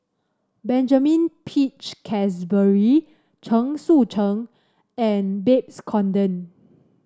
Benjamin Peach Keasberry Chen Sucheng and Babes Conde